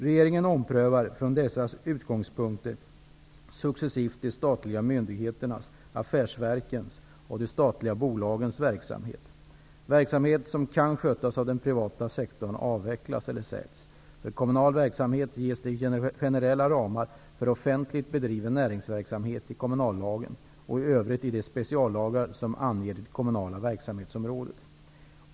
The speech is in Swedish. Regeringen omprövar, från dessa utgångspunkter, successivt de statliga myndigheternas, affärsverkens och de statliga bolagens verksamhet. och i övrigt i de speciallagar som anger det kommunala verksamhetsområdet.